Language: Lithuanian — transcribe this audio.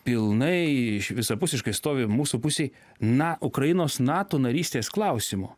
pilnai visapusiškai stovi mūsų pusėj na ukrainos nato narystės klausimu